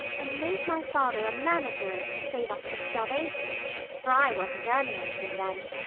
and made my father a manager in it to save us from starvation for i wasn't earning anything then.